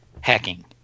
hacking